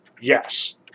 Yes